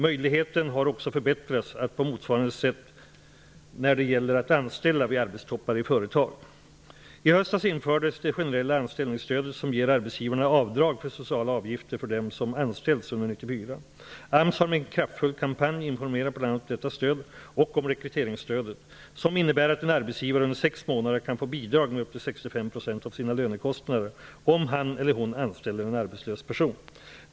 Möjligheten har också förbättrats på motsvarande sätt när det gäller att anställa vid arbetstoppar i företag. I höstas infördes det generella anställningsstödet som ger arbetsgivarna avdrag på sociala avgifter för dem som anställts under 1994. AMS har med en kraftfull kampanj informerat bl.a. om detta stöd och om rekryteringsstödet, som innebär att en arbetsgivare under sex månader kan få bidrag med upp till 65 % av sina lönekostnader om han eller hon anställer en arbetslös person.